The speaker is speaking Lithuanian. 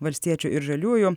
valstiečių ir žaliųjų